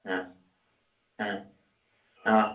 ओ ओ अ